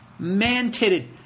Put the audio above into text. Man-titted